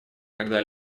когда